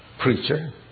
preacher